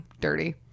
Dirty